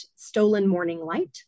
StolenMorningLight